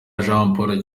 jamporo